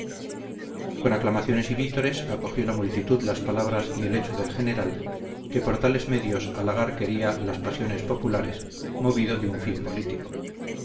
con aclamaciones y vítores acogió la multitud las palabras y el hecho del general que por tales medios halagar quería las pasiones populares movido de un fin político